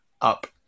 up